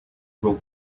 will